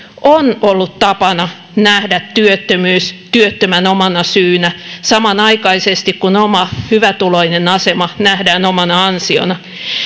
on ollut tapana nähdä työttömyys työttömän omana syynä samanaikaisesti kun oma hyvätuloinen asema nähdään omana ansiona